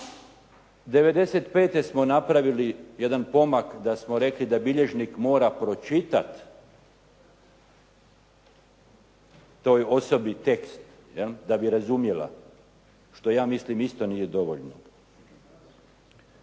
95. smo napravili jedan pomak da smo rekli da bilježnik mora pročitati toj osobi tekst da bi razumjela što ja mislim isto nije dovoljno.